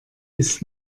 ist